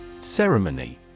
Ceremony